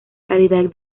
calidad